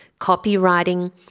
copywriting